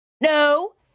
No